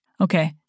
Okay